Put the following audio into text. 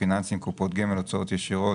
פיננסיים (קופות גמל (הוצאות ישירות),